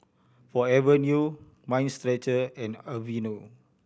Forever New Mind Stretcher and Aveeno